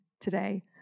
today